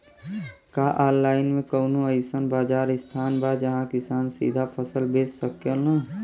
का आनलाइन मे कौनो अइसन बाजार स्थान बा जहाँ किसान सीधा फसल बेच सकेलन?